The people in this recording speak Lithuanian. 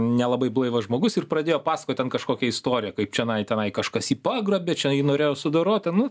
nelabai blaivas žmogus ir pradėjo pasakot ten kažkokią istoriją kaip čionai tenai kažkas jį pagrobė čia jį norėjo sudoroti nu